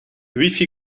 wifi